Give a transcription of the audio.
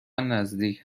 نزدیک